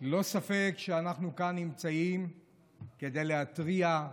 ללא ספק אנחנו כאן נמצאים כדי להתריע,